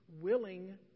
willing